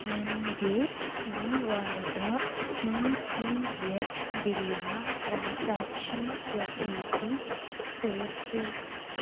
ನನಗೆ ಈ ವಾರದ ಡಿ ಟಿ ಎಚ್ ಬಿಲ್ಲಿನ ಟ್ರಾನ್ಸ್ಯಾಕ್ಷನ್ ರಸೀದಿ ತೋರಿಸು